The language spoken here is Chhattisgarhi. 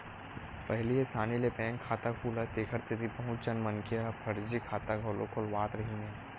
पहिली असानी ले बैंक खाता खुलय तेखर सेती बहुत झन मनखे मन ह फरजी खाता घलो खोलवावत रिहिन हे